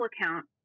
account